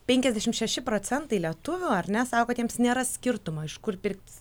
penkiasdešimt šeši procentai lietuvių ar ne sako kad jiems nėra skirtumo iš kur pirktis